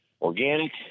Organic